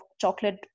chocolate